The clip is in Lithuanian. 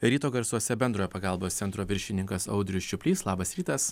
ryto garsuose bendrojo pagalbos centro viršininkas audrius čiuplys labas rytas